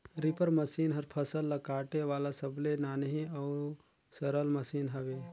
reaper machine हर फसल ल काटे वाला सबले नान्ही अउ सरल मसीन हवे